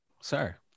sir